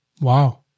Wow